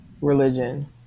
religion